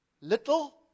little